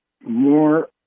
more